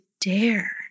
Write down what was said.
dare